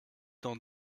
dans